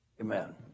Amen